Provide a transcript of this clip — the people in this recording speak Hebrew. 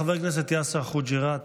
חבר הכנסת יאסר חוג'יראת,